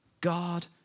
God